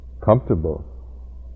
comfortable